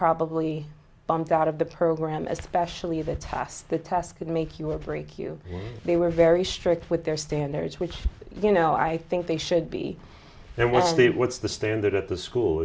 probably bombs out of the program especially the test the test could make your break you they were very strict with their standards which you know i think they should be there would be what's the standard at the school